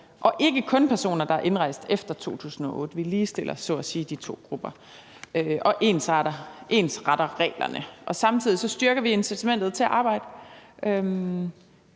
og ikke kun personer, der er indrejst efter 2008. Vi ligestiller så at sige de to grupper og ensretter reglerne, og samtidig styrker vi incitamentet til at arbejde.